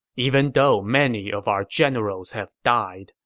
even though many of our generals have died,